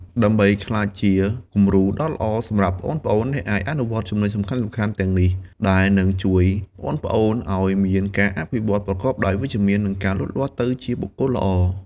ដើម្បីក្លាយជាគំរូដ៏ល្អសម្រាប់ប្អូនៗ អ្នកអាចអនុវត្តចំណុចសំខាន់ៗទាំងនេះ ដែលនឹងជួយប្អូនៗឱ្យមានការអភិវឌ្ឍប្រកបដោយវិជ្ជមាន និងលូតលាស់ទៅជាបុគ្គលល្អ ។